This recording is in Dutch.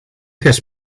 gers